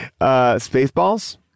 Spaceballs